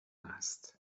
است